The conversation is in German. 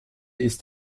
ist